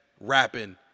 rapping